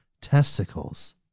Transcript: testicles